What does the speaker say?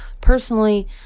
Personally